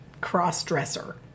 cross-dresser